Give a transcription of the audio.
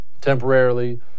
temporarily